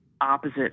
opposite